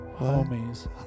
homies